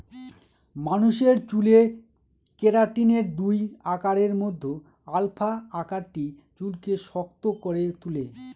মানুষের চুলে কেরাটিনের দুই আকারের মধ্যে আলফা আকারটি চুলকে শক্ত করে তুলে